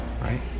right